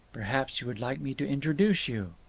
perhaps you would like me to introduce you?